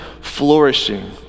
flourishing